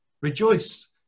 rejoice